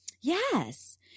Yes